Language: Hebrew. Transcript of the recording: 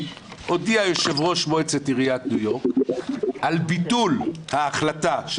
הודיע יושב-ראש מועצת עיריית ניו יורק על ביטול ההחלטה של